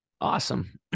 Awesome